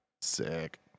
Sick